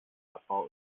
abbau